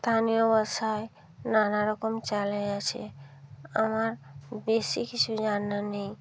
স্থানীয় ভাষায় নানা রকম চ্যানেল আছে আমার বেশি কিছু জানা নেই